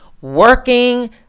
working